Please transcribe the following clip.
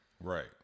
Right